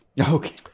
Okay